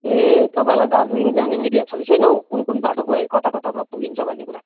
ए तपाईँलाई दार्जिलिङ जाने आइडिया छ कि छैन हौ कुनकुन बाटो गए कताकताबाट पुगिन्छ भन्ने कुरा